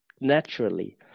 naturally